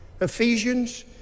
Ephesians